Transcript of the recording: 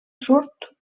surt